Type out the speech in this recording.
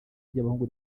ry’abahungu